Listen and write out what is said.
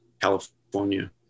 California